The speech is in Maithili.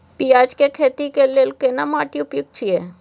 पियाज के खेती के लेल केना माटी उपयुक्त छियै?